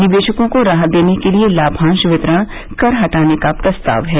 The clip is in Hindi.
निवेशकों को राहत देने के लिए लाभांश वितरण कर हटाने का प्रस्ताव है